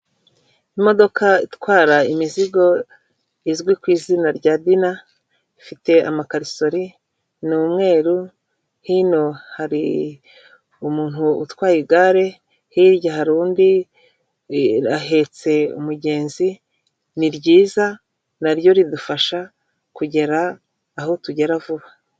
Imodoka itwara imizigo izwi ku izina rya dina ifite amakarisori ni umweru hino hari umuntu utwaye igare, hirya hari undi ahetse umugenzi, ni ryiza na ryo ridufasha kugera aho tugera vuba.